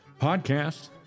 Podcast